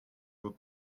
vos